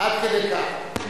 עד כדי כך.